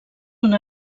una